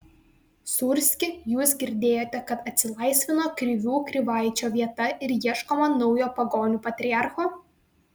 sūrski jūs girdėjote kad atsilaisvino krivių krivaičio vieta ir ieškoma naujo pagonių patriarcho